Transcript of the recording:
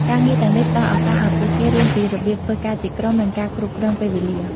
ការងារទាំងនេះផ្ដល់ឱកាសឱ្យពួកគេរៀនពីរបៀបធ្វើការជាក្រុម និងការគ្រប់គ្រងពេលវេលា។